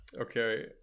Okay